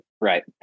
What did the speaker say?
right